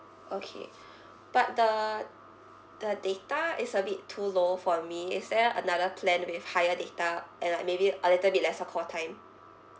okay but the the data is a bit too low for me is there another plan with higher data and like maybe a little bit lesser call time